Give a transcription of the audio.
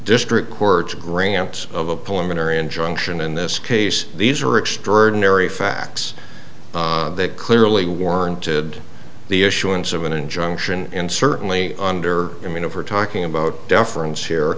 district courts grant of a pulmonary injunction in this case these are extraordinary facts that clearly warranted the issuance of an injunction and certainly under i mean if we're talking about deference here